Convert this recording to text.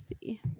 see